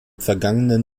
vergangenen